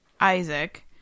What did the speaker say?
Isaac